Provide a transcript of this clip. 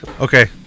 Okay